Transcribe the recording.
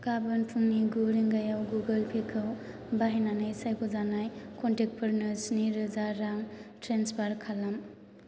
गाबोन फुंनि गु रिंगायाव गुगोल पेखौ बाहायनानै सायख'जानाय कनटेक्टफोरनो स्निरोजा रां ट्रेन्सफार खालाम